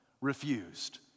refused